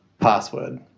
password